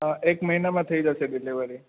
હા એક મહિનામાં થઈ જાશે ડિલેવરી